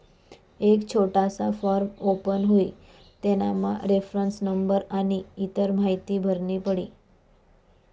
एक छोटासा form open हुई तेनामा रेफरन्स नंबर आनी इतर माहीती भरनी पडी